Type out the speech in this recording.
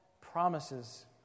promises